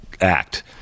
Act